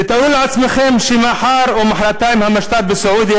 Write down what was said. תתארו לעצמכם שמחר או מחרתיים המשטר בסעודיה